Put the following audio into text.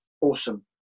awesome